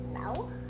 No